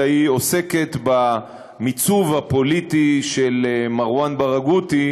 אלא היא עוסקת במיצוב הפוליטי של מרואן ברגותי